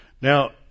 Now